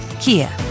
Kia